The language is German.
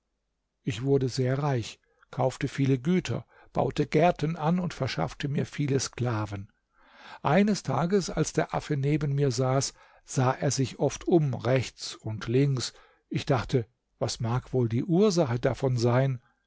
ich wurde sehr reich kaufte viele güter baute gärten an und verschaffte mir viele sklaven eines tages als der affe neben mir saß sah er sich oft um rechts und links ich dachte was mag wohl die ursache davon sein